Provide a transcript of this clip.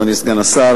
אדוני סגן השר,